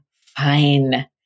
fine